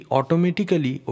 automatically